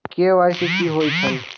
KYC कि होई छल?